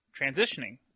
transitioning